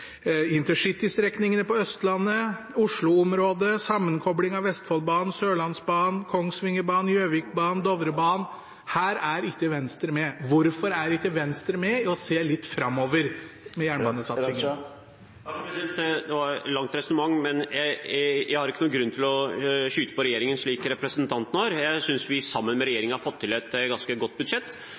på Østlandet, Oslo-området, sammenkoblingen av Vestfoldbanen, Sørlandsbanen, Kongsvingerbanen, Gjøvikbanen og Dovrebanen. Her er ikke Venstre med. Hvorfor er ikke Venstre med og ser litt framover i jernbanesatsingen? Det var et langt resonnement. Jeg har ikke noen grunn til å skyte på regjeringen, slik representanten har. Jeg synes vi har fått til et ganske godt budsjett